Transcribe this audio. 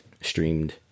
streamed